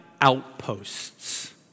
outposts